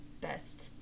best